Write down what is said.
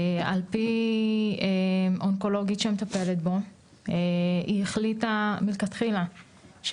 על פי אונקולוגית שמטפלת בו היא החליטה מלכתחילה שהוא